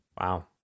Wow